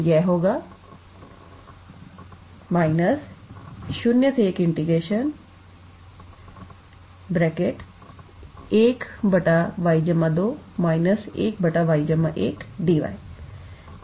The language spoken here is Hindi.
तो यह होगा −01 1𝑦2− 1𝑦1 𝑑𝑦